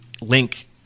link